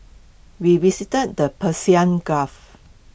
we visited the Persian gulf